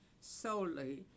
solely